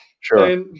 Sure